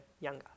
younger